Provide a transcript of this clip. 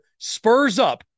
SPURSUP